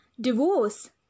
Divorce